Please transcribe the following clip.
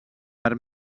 per